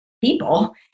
people